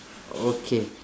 okay